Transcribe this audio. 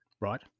right